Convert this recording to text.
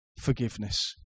forgiveness